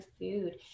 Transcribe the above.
food